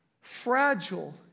fragile